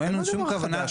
זה לא דבר חדש.